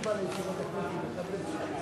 של חבר הכנסת אריה אלדד: סרטיית ההקלטות של רשות השידור.